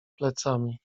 plecami